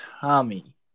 Tommy